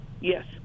Yes